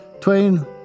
Twain